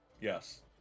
Yes